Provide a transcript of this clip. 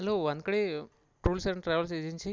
hello Wankhede tours and travels agency